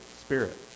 spirit